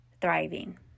thriving